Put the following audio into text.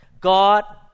God